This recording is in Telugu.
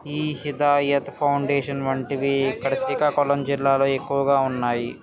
ఈ హీదాయత్ ఫౌండేషన్ వంటివి ఇక్కడ శ్రీకాకుళం జిల్లాలో ఎక్కువగా ఉన్నాయి